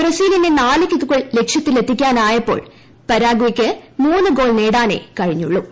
ബ്രസീലിന് നാല് കിക്കുകൾ ലക്ഷൃത്തിലെത്തിക്കാനായപ്പോൾ പരാഗ്വെയ്ക്ക് മൂന്ന് ഗോൾ നേടാനേ കഴിഞ്ഞുള്ളൂ